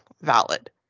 valid